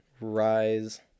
rise